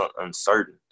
uncertain